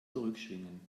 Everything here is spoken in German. zurückschwingen